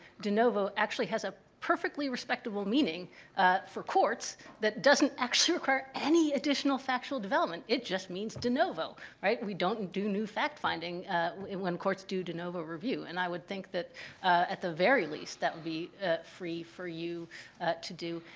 de novo actually has a perfectly respectable meaning for courts that doesn't actually require any additional factual development. it just means de novo, right? we don't do new fact-finding when courts do de novo review. and i would think that at the very least, that would be free for you to do.